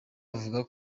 avuga